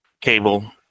cable